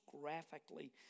graphically